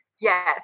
Yes